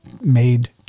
made